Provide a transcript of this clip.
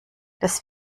das